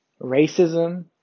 Racism